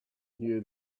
knew